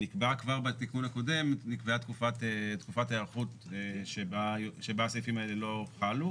נקבעה כבר בתיקון הקודם תקופת היערכות שבה הסעיפים האלה לא חלו.